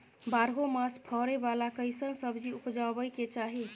बारहो मास फरै बाला कैसन सब्जी उपजैब के चाही?